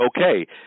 okay